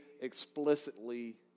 explicitly